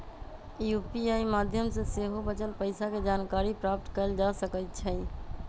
UPI माध्यम से सेहो बचल पइसा के जानकारी प्राप्त कएल जा सकैछइ